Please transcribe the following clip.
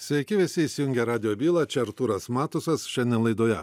sveiki visi įsijungę radijo bylą čia artūras matusas šiandien laidoje